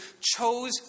chose